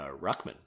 Ruckman